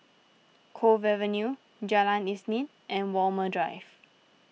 Cove Avenue Jalan Isnin and Walmer Drive